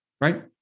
right